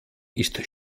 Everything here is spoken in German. ist